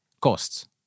costs